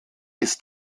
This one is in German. ist